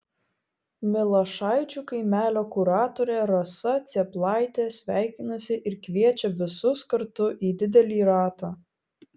milašaičių kaimelio kuratorė rasa cėplaitė sveikinasi ir kviečia visus kartu į didelį ratą